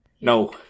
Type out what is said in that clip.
no